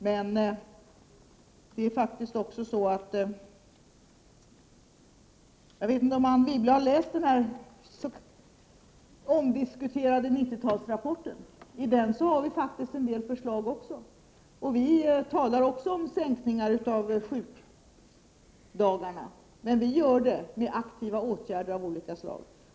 Jag vet inte om Anne Wibble har läst den så omdiskuterade 90-tals rapporten. I den har vi faktiskt en del förslag. Vi talar också om en minskning av sjukdagarna, men vi har med aktiva åtgärder av olika slag.